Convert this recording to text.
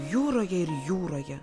jūroje ir jūroje